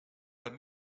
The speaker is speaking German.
man